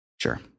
Sure